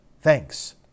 Thanks